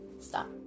Stop